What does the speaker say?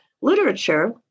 literature